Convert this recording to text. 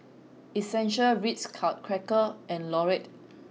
essential Ritz Crackers and Lotte